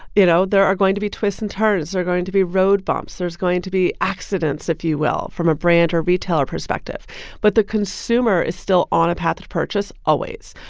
you know, there are going to be twists and turns. there are going to be road bumps. there's going to be accidents, if you will, from a brand or retailer perspective but the consumer is still on a path of purchase, always.